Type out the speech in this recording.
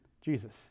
Jesus